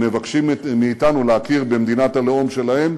הם מבקשים מאתנו להכיר במדינת הלאום שלהם,